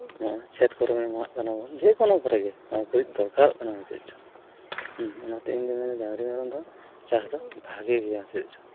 ᱱᱚᱜᱼᱚᱭ ᱠᱷᱮᱛ ᱠᱚᱨᱮ ᱵᱚᱱ ᱮᱢᱟᱜ ᱠᱟᱱᱟ ᱵᱚᱱ ᱡᱮ ᱠᱚᱱᱳ ᱠᱚᱨᱮ ᱜᱮ ᱱᱚᱣᱟ ᱜᱩᱨᱤᱡ ᱫᱚᱨᱠᱟᱨᱚᱜ ᱠᱟᱱᱟ ᱪᱮᱫ ᱪᱚᱝ ᱦᱩᱸ ᱚᱱᱟᱛᱮ ᱤᱧ ᱫᱩᱧ ᱢᱮᱱ ᱮᱫᱟ ᱰᱟᱝᱨᱤ ᱢᱮᱨᱚᱢ ᱫᱚ ᱪᱟᱥ ᱫᱚ ᱵᱷᱟᱹᱜᱤ ᱜᱮᱭᱟ ᱟᱨ ᱪᱮᱫ ᱪᱚᱝ